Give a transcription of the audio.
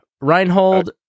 Reinhold